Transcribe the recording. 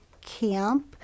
camp